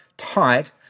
Tight